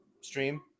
stream